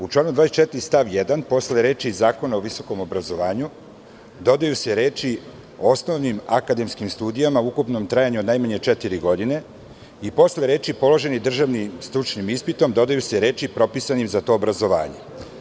U članu 24. stav 1. posle reči: "Zakona o visokom obrazovanju" dodaju se reči: "osnovnim akademskim studijama u ukupnom trajanju od najmanje četiri godine" i posle reči: "položenim državnim stručnim ispitom" dodaju se reči: "propisanim za to obrazovanje"